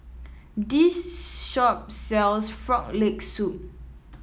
this shop sells Frog Leg Soup